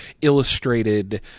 illustrated